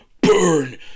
burn